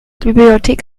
bibliothek